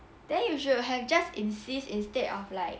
then you should have just insist stead of like